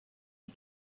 you